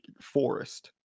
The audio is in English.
forest